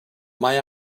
mae